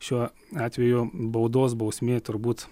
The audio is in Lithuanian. šiuo atveju baudos bausmė turbūt